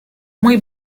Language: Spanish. muy